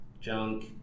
junk